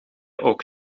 ook